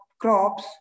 crops